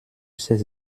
ces